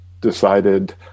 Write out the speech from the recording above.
decided